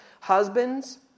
Husbands